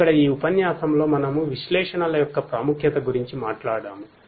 ఇక్కడ ఈ ఉపన్యాసంలో మనము విశ్లేషణల యొక్క ప్రాముఖ్యత గురించి మాట్లాడాము